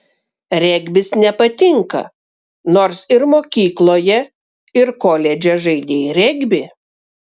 regbis nepatinka nors ir mokykloje ir koledže žaidei regbį